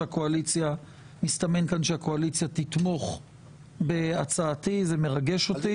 מסתמן כאן שהקואליציה תתמוך בהצעתי, זה מרגש אותי.